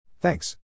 Thanks